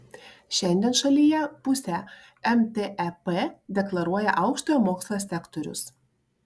šiandien šalyje pusę mtep deklaruoja aukštojo mokslo sektorius